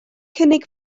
cynnig